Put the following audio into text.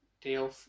deal